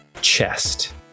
chest